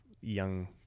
young